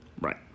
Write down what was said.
Right